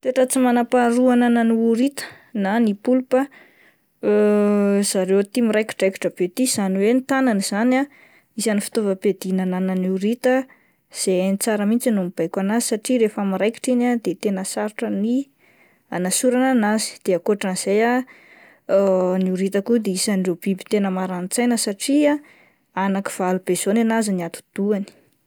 Toetra tsy manam-paharoa ananan'ny horita na ny pôlpa zareo ty miraikidraikitra be ty izany hoe ny tanany zany ah isan'ny fitaovam-piadiana ananan'ny horita izay hainy tsara mihintsy no mibaiko an'azy satria rehefa miraikitra iny ah de tena sarotra ny anasorana an'azy de akoatran'izay ah ny horita ko dia isan'ireo biby tena maranin-tsaina satria anaky valo be zao ny an'azy ny atidohany.